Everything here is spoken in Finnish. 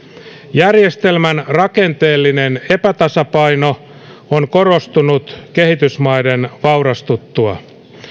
järjestelmän rakenteellinen epätasapaino on korostunut kehitysmaiden vaurastuttua